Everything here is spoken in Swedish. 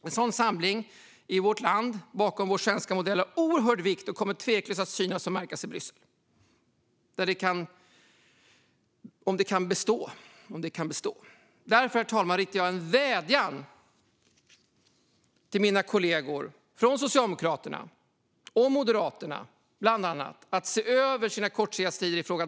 En sådan samling i vårt land bakom vår svenska modell har oerhörd vikt och kommer tveklöst att synas och märkas i Bryssel - om den kan bestå. Därför, herr talman, riktar jag en vädjan till mina kollegor från Socialdemokraterna och Moderaterna, bland annat, att se över sina kortsiktiga strider i frågan.